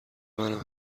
منم